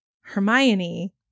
Hermione